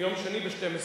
ביום שני ב-12:00.